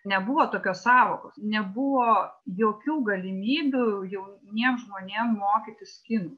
nebuvo tokios sąvokos nebuvo jokių galimybių jauniem žmonėm mokytis kinų